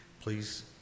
Please